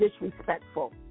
disrespectful